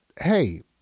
hey